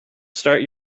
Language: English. start